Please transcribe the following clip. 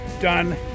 Done